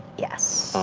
yes.